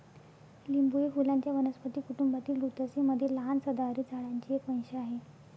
लिंबू हे फुलांच्या वनस्पती कुटुंबातील रुतासी मधील लहान सदाहरित झाडांचे एक वंश आहे